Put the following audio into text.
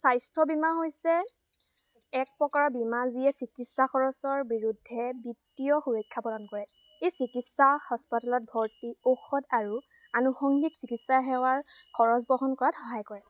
স্বাস্থ্য বীমা হৈছে এক প্ৰকাৰৰ বীমা যিয়ে চিকিৎসা খৰচৰ বিৰুদ্ধে বিত্তীয় সুৰক্ষা প্ৰদান কৰে এই চিকিৎসা হস্পাতালত ভৰ্তি ঔষধ আৰু আনুষংগিক চিকিৎসা সেৱাৰ খৰচ বহন কৰাত সহায় কৰে